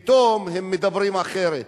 פתאום הם מדברים אחרת,